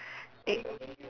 egg